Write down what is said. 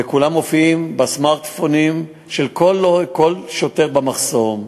וכולם מופיעים בסמארטפונים של כל שוטר במחסום.